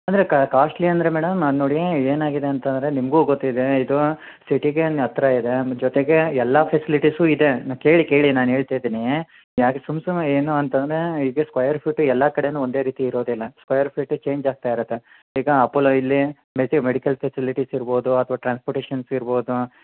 ಅಂದರೆ ಕಾಸ್ಟ್ಲಿ ಅಂದರೆ ಮೇಡಮ್ ನೋಡಿ ಏನಾಗಿದೆ ಅಂತಂದರೆ ನಿಮಗು ಗೊತ್ತಿದೆ ಇದು ಸಿಟಿಗೆ ಹತ್ತಿರ ಇದೆ ಜೊತೆಗೆ ಎಲ್ಲಾ ಫೆಸಿಲಿಟಿಸು ಇದೆ ಕೇಳಿ ಕೇಳಿ ನಾನು ಹೇಳ್ತಾಯಿದ್ದೆನೇ ಯಾಕೆ ಸುಮ್ಮ ಸುಮ್ಮನೆ ಏನು ಅಂತಂದರೆ ಇದು ಸ್ಕೊಯರ್ ಫೀಟು ಎಲ್ಲ ಕಡೆನೂ ಒಂದೇ ರೀತಿ ಇರೋದಿಲ್ಲ ಸ್ಕೊಯರ್ ಫೀಟು ಚೇಂಜ್ ಆಗ್ತಾ ಇರುತ್ತೆ ಈಗ ಅಪೊಲೊ ಇಲ್ಲಿ ಮೆಟಿ ಮೆಡಿಕಲ್ ಫೆಸಿಲಿಟೀಸ್ ಇರ್ಬೋದು ಅಥ್ವಾ ಟ್ರಾನ್ಸ್ಪೋರ್ಟೇಷನ್ಸ್ ಇರ್ಬೋದು